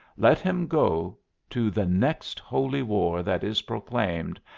let him go to the next holy war that is proclaimed,